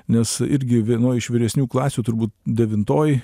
nes irgi vienoj iš vyresnių klasių turbūt devintoj